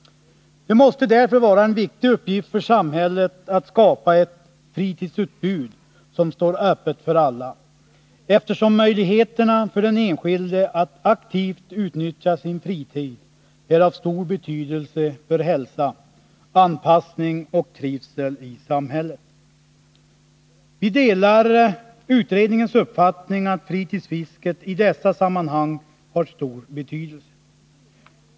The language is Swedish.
Det måste därför vara en viktig uppgift för samhället att skapa ett fritidsutbud som står öppet för alla, eftersom möjligheterna för den enskilde att aktivt utnyttja sin fritid är av stor betydelse för hälsa, anpassning och trivsel i samhället. Vi delar utredningens uppfattning att fritidsfisket i dessa sammanhang har stor betydelse.